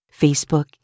Facebook